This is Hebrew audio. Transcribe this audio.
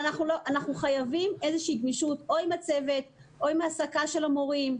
אנחנו חייבים איזושהי גמישות או עם הצוות או עם ההעסקה של המורים,